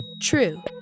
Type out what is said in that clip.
True